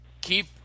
keep